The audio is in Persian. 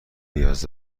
نیاز